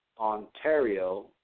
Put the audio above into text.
Ontario